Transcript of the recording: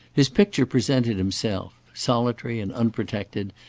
his picture presented himself solitary and unprotected,